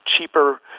cheaper